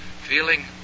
feeling